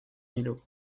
millau